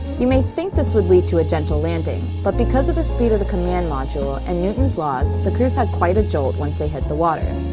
you may think this would lead to a gentle landing, but because of the speed of the command module and newton's laws, the crews have quite a jolt once they hit the water.